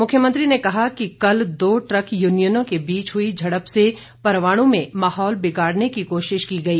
मुख्यमंत्री ने कहा कि कल दो ट्रक यूनियनों के बीच हुई झड़प से परवाणू में माहौल बिगाड़ने की कोशिश की गई